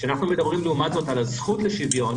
כשאנחנו מדברים לעומת זאת על הזכות לשוויון,